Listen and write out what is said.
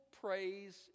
praise